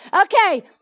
Okay